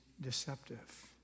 deceptive